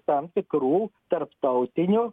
tam tikrų tarptautinių